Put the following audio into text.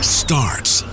starts